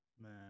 Man